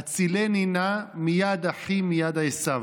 "הצילני נא מיד אחי מיד עשו".